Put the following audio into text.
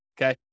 okay